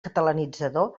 catalanitzador